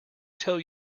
tell